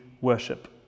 worship